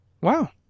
Wow